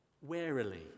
warily